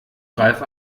ralf